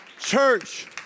church